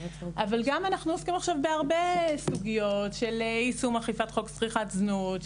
אבל אנחנו גם עוסקים עכשיו בהרבה סוגיות של יישום אכיפת חוק צריכת זנות,